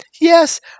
Yes